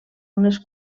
unes